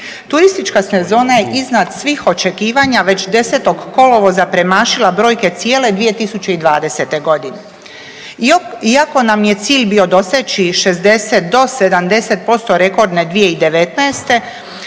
Turistička sezona je iznad svih očekivanja već 10. kolovoza premašila brojke cijele 2020. godine. Iako nam je cilj bio doseći 60 do 70% rekordne 2019. sada